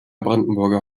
brandenburger